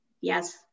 yes